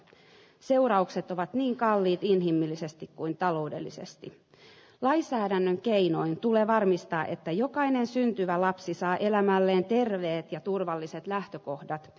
seuraukset ovat niin kalliit inhimillisesti kuin taloudellisesti ja lainsäädännön keinoin tulee varmistaa että jokainen syntyvä lapsi saa elämälleen terveet ja turvalliset lähtökohdat